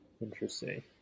Interesting